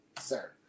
sir